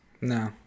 No